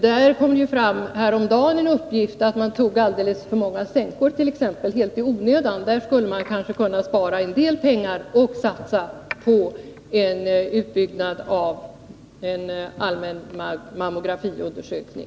Häromdagen kom det fram en uppgift om att man tar alldeles för många sänkor, helt i onödan. Där skulle man kanske kunna spara en del pengar och satsa på en utbyggnad av en allmän mammografiundersökning.